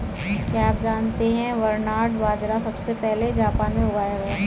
क्या आप जानते है बरनार्ड बाजरा सबसे पहले जापान में उगाया गया